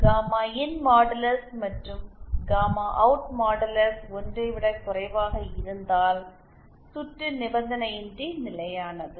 gamma இன் modulus மற்றும் gamma out modulus 1 ஐ விடக் குறைவாக இருந்தால் சுற்று நிபந்தனையின்றி நிலையானது